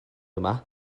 yma